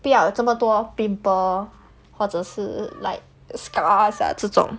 不要有这么多 pimple 或者是 like scars 啊这种